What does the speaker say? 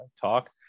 talk